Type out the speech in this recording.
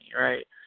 right